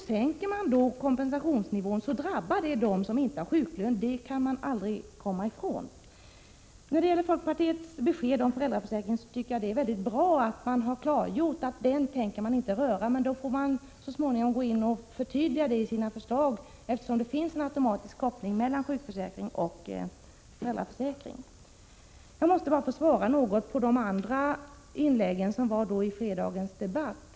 Sänker man kompensationsnivån drabbar detta dem som inte har sjuklön — det kan vi aldrig komma ifrån. Beträffande folkpartiets besked om föräldraförsäkringen är det bra att man klargjort att man inte tänker röra den. Då får man så småningom förtydliga detta i sina förslag, eftersom det finns en automatisk koppling mellan sjukförsäkringen och föräldraförsäkringen. Jag måste även kommentera några av de andra inläggen från fredagens debatt.